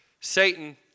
Satan